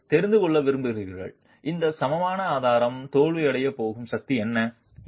நீங்கள் தெரிந்து கொள்ள விரும்புகிறீர்கள் இந்த சமமான ஆதாரம் தோல்வியடையப் போகும் சக்தி என்ன